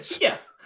Yes